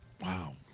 Wow